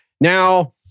Now